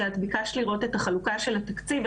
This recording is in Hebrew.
כי את ביקשת לראות את החלוקה של התקציב.